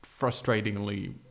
frustratingly